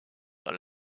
dans